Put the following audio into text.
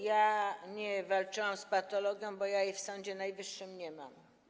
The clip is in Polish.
Ja nie walczyłam z patologią, bo ja jej w Sądzie Najwyższym nie mam.